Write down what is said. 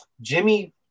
Jimmy